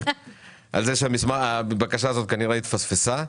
על כך שהבקשה הזאת כנראה התפספסה.